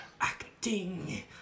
acting